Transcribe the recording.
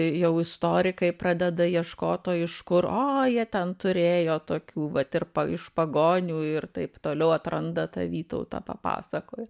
jau istorikai pradeda ieškot o iš kur o jie ten turėjo tokių vat ir pa iš pagonių ir taip toliau atranda tą vytautą papasakojoa